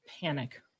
panic